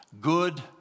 good